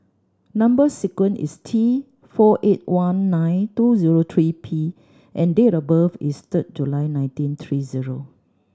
number sequence is T four eight one nine two zero three P and date of birth is third July nineteen three zero